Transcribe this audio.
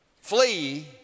flee